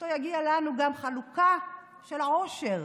או-טו-טו תגיע לנו גם החלוקה של העושר,